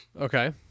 Okay